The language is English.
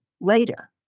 later